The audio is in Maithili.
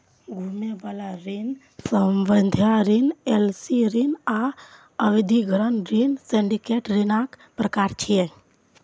घुमै बला ऋण, सावधि ऋण, एल.सी ऋण आ अधिग्रहण ऋण सिंडिकेट ऋणक प्रकार छियै